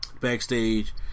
Backstage